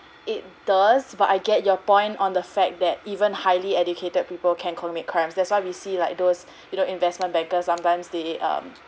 it does but I get your point on the fact that even highly educated people can commit crimes that's why we see like those you know investment bankers sometimes they um